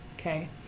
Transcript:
Okay